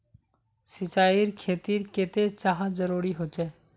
सिंचाईर खेतिर केते चाँह जरुरी होचे?